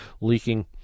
leaking